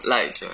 赖着